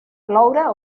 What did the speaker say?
ploure